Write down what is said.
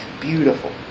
beautiful